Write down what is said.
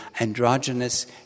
androgynous